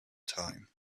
time